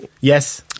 Yes